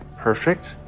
perfect